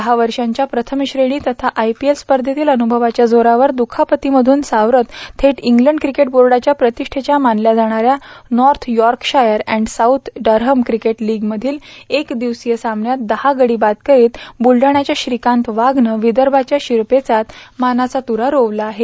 दह्य वर्षाच्या प्रथमश्रेणी तथा आयपीएल स्पर्षेतील अनुषवाच्या जोरावर दुखापतीमधून सावरत थेट इंस्लंड क्रिकेट बोर्डाच्या प्रतिष्ठेच्या मानल्या जाणाऱ्या North Yorkshire and South Durham cricket लीगमधील एक दिवशीय सामन्यात दहा गडी बाद करीत बुलडाण्याच्या श्रीकांत वाघनं विदर्माच्या शिरपेचात मानाचा तुरा रोवला आहे